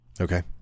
Okay